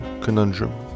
Conundrum